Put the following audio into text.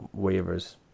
waivers